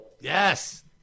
Yes